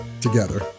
together